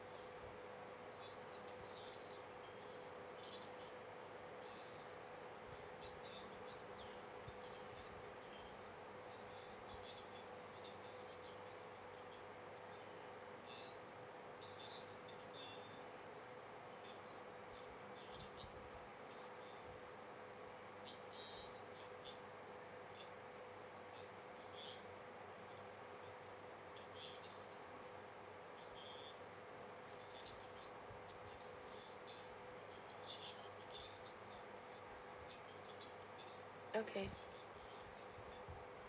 okay